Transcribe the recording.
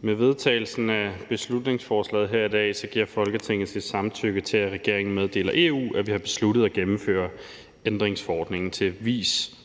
Med vedtagelsen af beslutningsforslaget her i dag giver Folketinget sit samtykke til, at regeringen meddeler EU, at vi har besluttet at gennemføre ændringsforordningen til